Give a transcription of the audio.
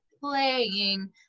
playing